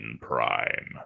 Prime